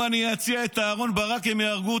אני פתאום פותח עיתונים, ואני נדהם.